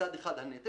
מצד אחד הנטל,